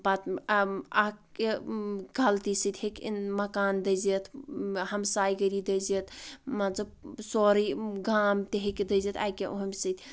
پتہٕ اکھ غلطی سۭتۍ ہیٚکہِ مکان دٔزِتھ ہمساے گٔری دٔزِتھ مان ژٕ سورُے گام تہِ ہیٚکہِ دٔزِتھ اَکہِ ہُمہِ سۭتۍ